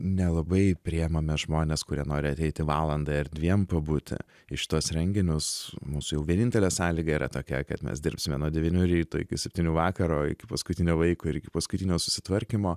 nelabai priimame žmones kurie nori ateiti valandai ar dviem pabūti į šituos renginius mūsų jau vienintelė sąlyga yra tokia kad mes dirbsime nuo devynių ryto iki septynių vakaro iki paskutinio vaiko ir iki paskutinio susitvarkymo